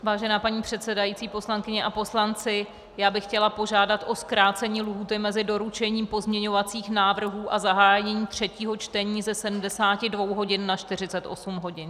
Vážená paní předsedající, poslankyně a poslanci, já bych chtěla požádat o zkrácení lhůty mezi doručením pozměňovacích návrhů a zahájením třetího čtení ze 72 hodin na 48 hodin.